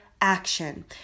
action